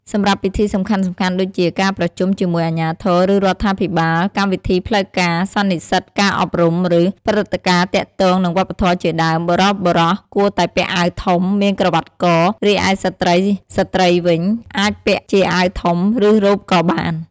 សម្រាប់ពិធីសំខាន់ៗដូចជា ការប្រជុំជាមួយអាជ្ញាធរ ឬ រដ្ឋាភិបាល កម្មវិធីផ្លូវការ សន្និសិតការអប់រំ ឬ ព្រឹត្តិការណ៍ទាក់ទងនឹងវប្បធម៌ជាដើម បុរសៗគួរតែពាក់អាវធំ មានក្រវាត់ក រីឯស្ត្រីៗវិញ អាចពាក់ជាអាវធំ ឬ រ៉ូបក៏បាន។